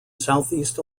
southeast